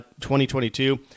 2022